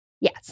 Yes